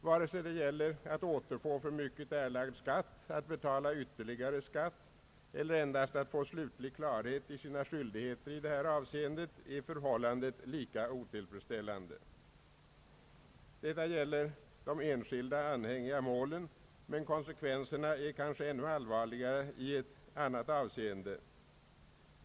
Vare sig det gäller att återfå för mycket erlagd skatt, att betala ytterligare skatt eller endast att få slutlig klarhet i sina skyldigheter i detta avseende är förhållandet lika otillfredsställande. Detta gäller de enskilda anhängiga målen, men konsekvenserna är kanske ännu allvarligare i ett annat avseende.